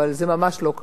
אבל זה ממש לא כך.